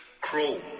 chrome